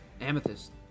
Amethyst